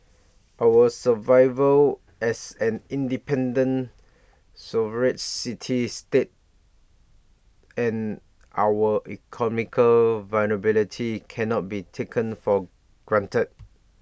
our survival as an independent sovereign city state and our economic viability cannot be taken for granted